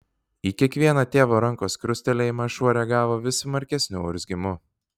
į kiekvieną tėvo rankos krustelėjimą šuo reagavo vis smarkesniu urzgimu